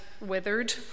withered